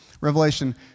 Revelation